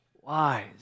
wise